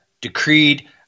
decreed